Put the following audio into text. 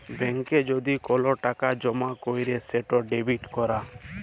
ব্যাংকে যদি কল টাকা জমা ক্যইরলে সেট ডেবিট ক্যরা